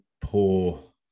poor